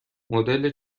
مدل